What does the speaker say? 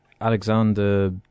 Alexander